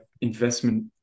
investment